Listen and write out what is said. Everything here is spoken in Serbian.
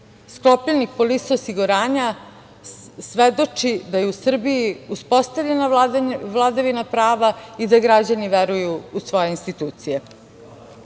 sklopljenih polisa osiguranja, svedoči da je u Srbiji uspostavljena vladavina prava i da građani veruju u svoje institucije.Za